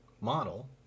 model